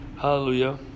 Hallelujah